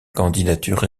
candidature